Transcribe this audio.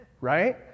right